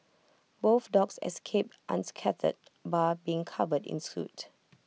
both dogs escaped unscathed bar being covered in soot